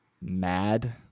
mad